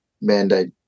mandate